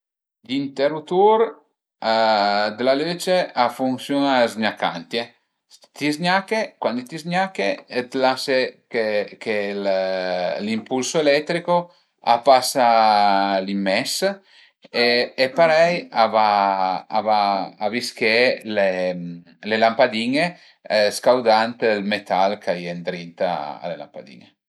I interutur d'la lüce a funsiun-a z-gnacantie, ti z-gnache, cuandi ti z-gnache t'lase che che ël l'impulso elettrico a pasa li ën mes e parei a va a va visché le lampadin-e scaudand ël metal ch'a ie ëndrinta a le lampadin-e